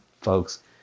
folks